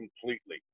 completely